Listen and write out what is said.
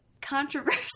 Controversy